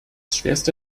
schwerste